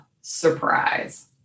surprise